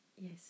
yes